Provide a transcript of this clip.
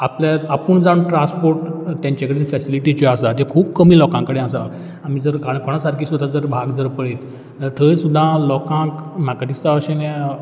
आपल्या आपूण जावन ट्रान्स्पोर्ट तेंचे कडेन फॅसिलिटी ज्यो आसात ते खूब कमी लोकां कडेन आसात आमी जर काणकोणा सारकी सुद्दां जर भाग जर पळयत जाल् थंय सुद्दां लोकांक म्हाका दिसता अशें तें